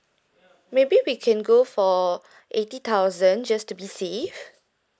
maybe we can go for eighty thousand just to be safe